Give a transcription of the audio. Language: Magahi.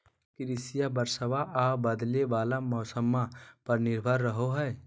कृषिया बरसाबा आ बदले वाला मौसम्मा पर निर्भर रहो हई